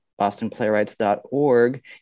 bostonplaywrights.org